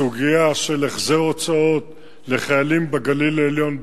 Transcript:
בסוגיה של החזר הוצאות לחיילים בגליל העליון,